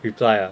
reply ah